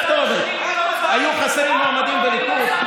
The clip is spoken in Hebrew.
חברת הכנסת דיסטל, מספיק.